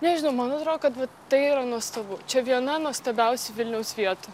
nežinau man atrodo kad va tai yra nuostabu čia viena nuostabiausių vilniaus vietų